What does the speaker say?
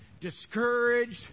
discouraged